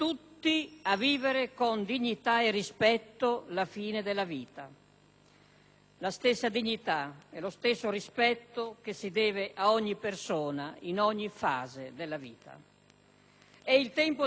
La stessa dignità e lo stesso rispetto che si devono a ogni persona in ogni fase della vita. È il tempo della responsabilità del Parlamento, che vorremmo condivisa.